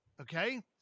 Okay